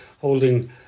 holding